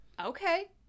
okay